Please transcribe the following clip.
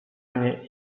mnie